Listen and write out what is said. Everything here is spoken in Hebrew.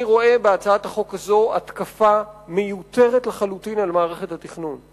אני רואה בהצעת החוק הזאת התקפה מיותרת לחלוטין על מערכת התכנון.